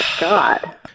God